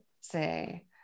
say